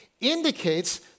indicates